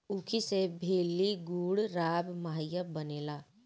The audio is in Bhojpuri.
ऊखी से भेली, गुड़, राब, माहिया बनेला